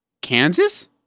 Kansas